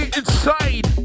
inside